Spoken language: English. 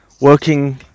working